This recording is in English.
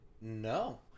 No